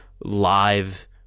live